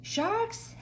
Sharks